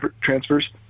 transfers